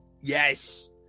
Yes